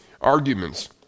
arguments